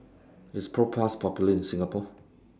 IS Propass Popular in Singapore